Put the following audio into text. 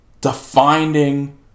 defining